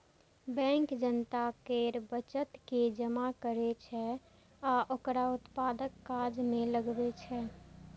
bank जनता केर बचत के जमा करै छै आ ओकरा उत्पादक काज मे लगबै छै